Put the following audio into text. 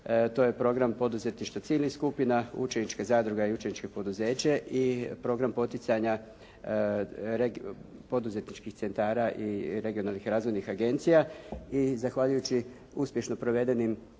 To je program poduzetništva ciljnih skupina, učenička zadruga i učeničko poduzeće i program poticanja poduzetničkih centara i regionalnih razvojnih agencija